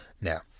Now